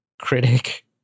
critic